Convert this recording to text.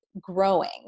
growing